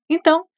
Então